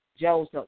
Joseph